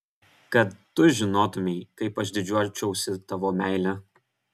kad tu žinotumei kaip aš didžiuočiausi tavo meile